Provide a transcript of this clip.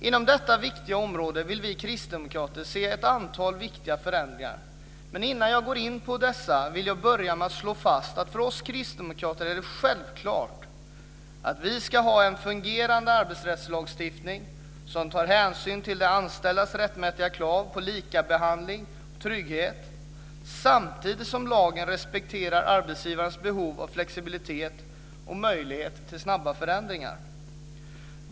Inom detta viktiga område vill vi kristdemokrater se ett antal viktiga förändringar. Men innan jag går in på dessa vill jag börja med att slå fast att för oss kristdemokrater är det självklart att vi ska ha en fungerande arbetsrättslagstiftning som tar hänsyn till de anställdas rättmätiga krav på likabehandling och trygghet samtidigt som lagen respekterar arbetsgivarens behov av flexibilitet och möjlighet till snabba förändringar.